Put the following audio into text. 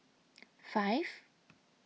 five